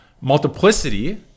Multiplicity